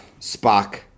Spock